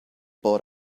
bought